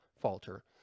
falter